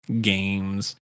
games